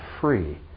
free